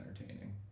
entertaining